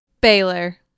Baylor